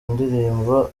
ndirimbo